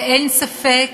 ואין ספק